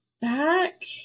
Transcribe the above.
back